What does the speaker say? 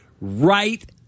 right